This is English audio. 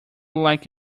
like